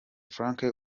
frank